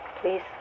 please